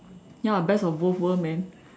ya best of both worlds man